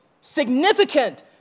significant